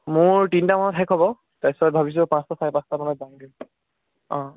মোৰ তিনিটামানত শেষ হ'ব তাৰপিছত ভাবিছোঁ পাঁচটা চাৰে পাঁচটামানত যামগৈ